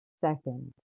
Second